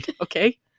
okay